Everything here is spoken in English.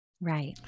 Right